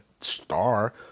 star